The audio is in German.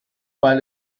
weil